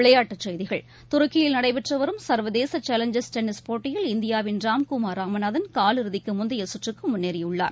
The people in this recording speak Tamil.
விளையாட்டுச் செய்கிகள் துருக்கியில் நடைபெற்றுவரும் சா்வதேச்சேலஞ்சா்ஸ் டென்னிஸ் போட்டியில் இந்தியாவின் ராம்குமாா் ராமநாதன் காலிறுதிக்குமுந்தையசுற்றுக்குமுன்னேறியுள்ளார்